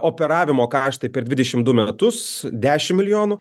operavimo kaštai per dvidešim du metus dešimt milijonų